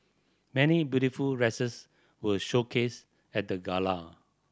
many beautiful dresses were showcased at the gala